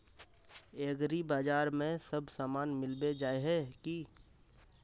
एग्रीबाजार में सब सामान मिलबे जाय है की?